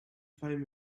five